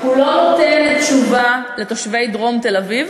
הוא לא נותן תשובה לתושבי דרום תל-אביב,